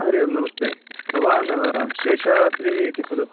हरि ओम् नमस्ते भवान् शेषाद्रिः इति खलु